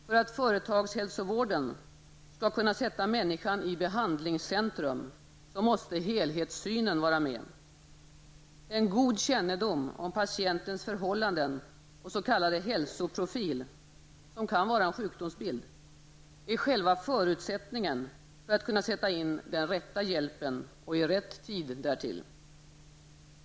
För att företagshälsovården skall kunna sätta människan i behandlingscentrum, måste helhetssynen finnas. En god kännedom om patientens förhållanden och s.k. hälsoprofil, som kan vara en sjukdomsbild, är själva förutsättningen för att kunna sätta in den rätta hjälpen -- i rätt tid därtill.